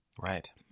Right